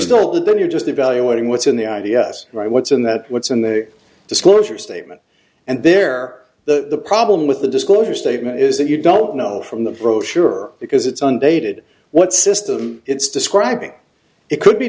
the then you're just evaluating what's in the i d s right what's in that what's in the disclosure statement and there the problem with the disclosure statement is that you don't know from the brochure because it's undated what system it's describing it could be